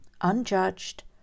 unjudged